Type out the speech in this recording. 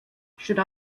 should